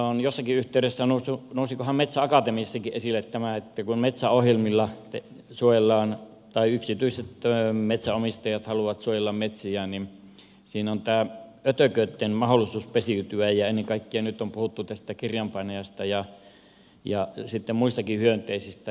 on jossakin yhteydessä noussut nousikohan metsäakatemiassakin esille tämä että kun metsäohjelmilla suojellaan tai kun yksityiset metsänomistajat haluavat suojella metsiään niin siinä on tämä ötököitten mahdollisuus pesiytyä ja ennen kaikkea nyt on puhuttu tästä kirjanpainajasta ja sitten muistakin hyönteisistä